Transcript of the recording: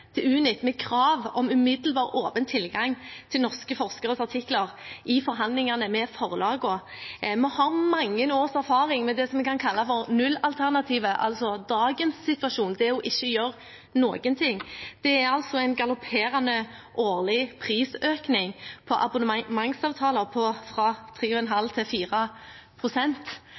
til Unit med krav om umiddelbar åpen tilgang til norske forskningsartikler i forhandlingene med forlagene. Vi har mange års erfaring med det vi kan kalle nullalternativet, altså dagens situasjon: ikke å gjøre noen ting. Det er en galopperende årlig prisøkning på abonnementsavtaler på